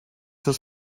his